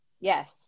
Yes